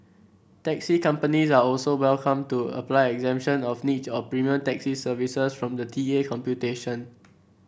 taxi companies are also welcome to apply exemption of niche or premium taxi services from the T A computation